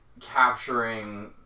capturing